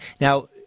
Now